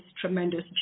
tremendous